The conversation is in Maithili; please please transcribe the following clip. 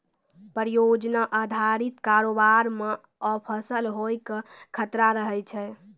परियोजना अधारित कारोबार मे असफल होय के खतरा रहै छै